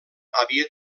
havia